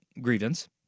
grievance